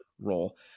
Role